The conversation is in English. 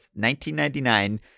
1999